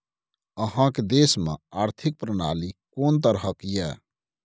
अहाँक देश मे आर्थिक प्रणाली कोन तरहक यै?